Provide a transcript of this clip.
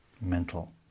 mental